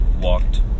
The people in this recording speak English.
walked